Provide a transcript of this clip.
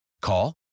Call